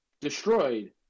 destroyed